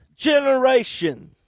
Generation